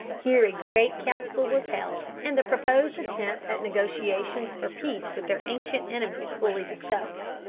here a great council was held, and the proposed attempt at negotiations for peace with their ancient enemies fully discussed.